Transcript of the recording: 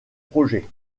projet